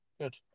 good